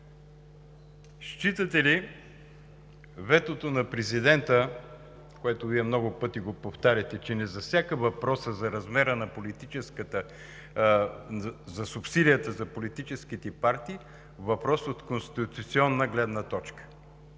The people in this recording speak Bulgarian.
считате ли ветото на Президента, което много пъти повтаряте, че не засяга въпроса за размера за субсидията за политическите партии, за въпрос от конституционна гледна точка?